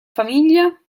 famiglia